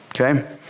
Okay